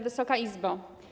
Wysoka Izbo!